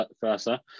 versa